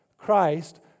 Christ